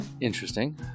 Interesting